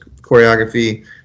choreography